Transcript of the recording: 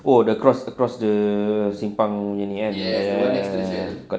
oh the cross across the simpang ini kan ya correct correct correct